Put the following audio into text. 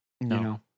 No